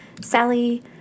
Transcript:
Sally